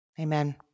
Amen